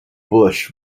bush